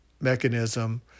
mechanism